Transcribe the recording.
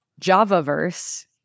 Javaverse